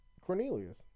Cornelius